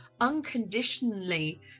unconditionally